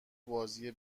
بازی